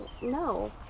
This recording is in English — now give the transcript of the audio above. no